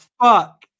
fuck